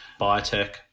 biotech